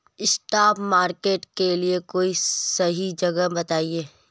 spot market के लिए कोई सही जगह बताएं